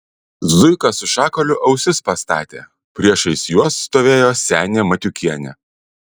zuika su šakaliu ausis pastatė priešais juos stovėjo senė matiukienė